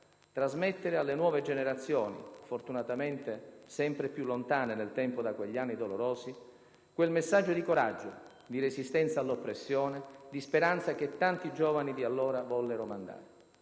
trasmettere alle nuove generazioni - fortunatamente sempre più lontane nel tempo da quegli anni dolorosi - quel messaggio di coraggio, di resistenza all'oppressione, di speranza che tanti giovani di allora vollero mandare.